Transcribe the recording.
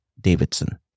Davidson